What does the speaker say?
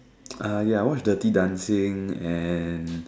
uh ya I watched dirty-dancing and